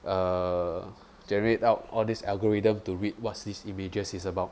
uh generate out all these algorithms to read what's this images is about